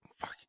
fuck